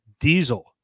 diesel